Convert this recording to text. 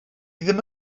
ddim